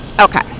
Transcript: Okay